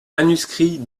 manuscrits